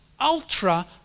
ultra